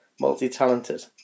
multi-talented